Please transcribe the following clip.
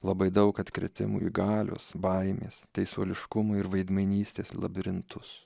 labai daug atkritimų į galios baimės teisuoliškumo ir veidmainystės labirintus